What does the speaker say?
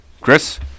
Chris